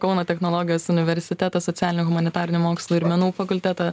kauno technologijos universiteto socialinių humanitarinių mokslų ir menų fakulteto